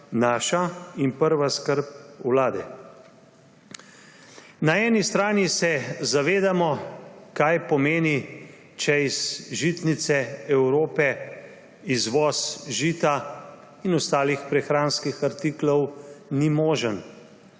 naša in prva skrb vlade. Na eni strani se zavedamo, kaj pomeni, če iz žitnice Evrope izvoz žita in ostalih prehranskih artiklov ni možen.